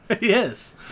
Yes